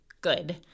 good